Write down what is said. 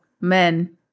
Men